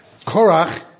Korach